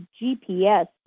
GPS